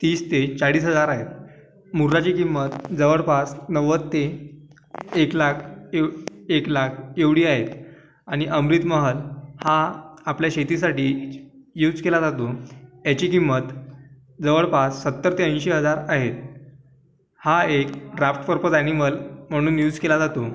तीस ते चाळीस हजार आहे मुऱ्हाची किंमत जवळपास नव्वद ते एक लाख एव एक लाख एवढी आहे आणि अमृतमहल हा आपल्या शेतीसाठी यूज केला जातो याची किंमत जवळपास सत्तर ते ऐंशी हजार आहे हा एक ड्राफ्ट फर्पज ॲनिमल म्हणून यूज केला जातो